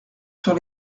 sur